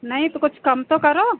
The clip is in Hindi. नहीं तो कुछ कम तो करो